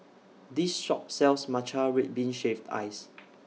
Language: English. This Shop sells Matcha Red Bean Shaved Ice